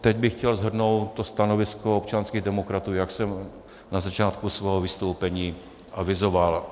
Teď bych chtěl shrnout stanovisko občanských demokratů, jak jsem na začátku svého vystoupení avizoval.